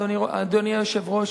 אדוני היושב-ראש,